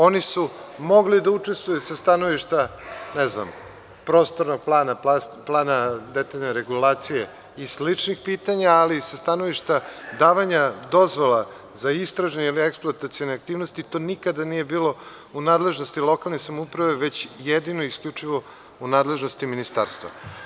Oni su mogli da učestvuju sa stanovišta, ne znam, prostornog plana, plana detaljne regulacije i sličnih pitanja, ali sa stanovišta davanja dozvola za istražni ili eksploatacione aktivnosti to nikada nije bilo u nadležnosti lokalne samouprave, već jedino i isključivo u nadležnosti Ministarstva.